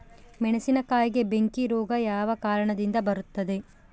ಮೆಣಸಿನಕಾಯಿಗೆ ಬೆಂಕಿ ರೋಗ ಯಾವ ಕಾರಣದಿಂದ ಬರುತ್ತದೆ?